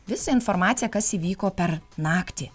visą informaciją kas įvyko per naktį